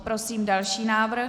Prosím další návrh.